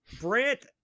Brent